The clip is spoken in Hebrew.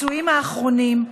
הפצועים האחרונים,